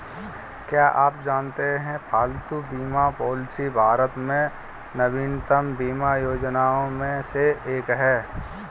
क्या आप जानते है पालतू बीमा पॉलिसी भारत में नवीनतम बीमा योजनाओं में से एक है?